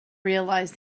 realise